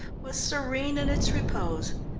was serene in its repose,